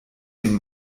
dem